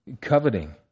coveting